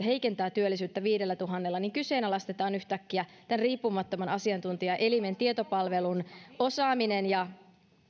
heikentää työllisyyttä viidellätuhannella kyseenalaistetaan yhtäkkiä tämän riippumattoman asiantuntijaelimen tietopalvelun osaaminen ja